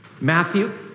Matthew